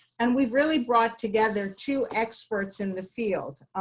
and we've really brought together two experts in the field.